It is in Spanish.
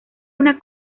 una